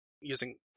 using